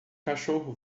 cachorro